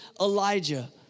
Elijah